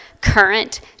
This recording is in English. current